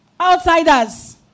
outsiders